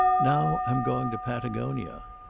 now i'm going to patagonia.